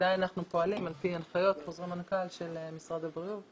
עדיין אנחנו פועלים על פי הנחיות וחוזרי מנכ"ל של משרד הבריאות.